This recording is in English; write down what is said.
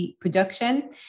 production